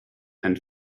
and